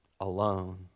alone